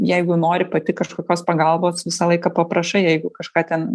jeigu nori pati kažkokios pagalbos visą laiką paprašai jeigu kažką ten